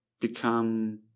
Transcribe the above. become